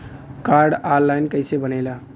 Card online कइसे बनेला?